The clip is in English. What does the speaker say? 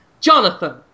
Jonathan